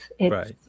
Right